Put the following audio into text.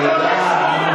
תודה.